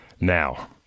now